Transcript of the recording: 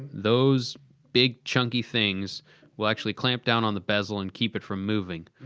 those big chunky things will actually clamp down on the bezel and keep it from moving.